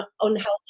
unhealthy